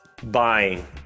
buying